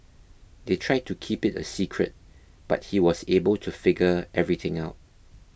they tried to keep it a secret but he was able to figure everything out